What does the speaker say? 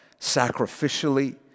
sacrificially